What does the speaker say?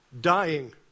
dying